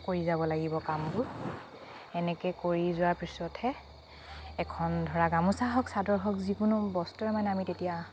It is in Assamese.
কৰি যাব লগিব কামবোৰ এনেকে কৰি যোৱাৰ পিছতহে এখন ধৰা গামোচা হওক চাদৰ হওক যিকোনো বস্ত্ৰৰে মানে আমি তেতিয়া